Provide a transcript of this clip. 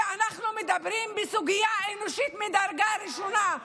כי אנחנו מדברים על סוגיה אנושית מדרגה ראשונה,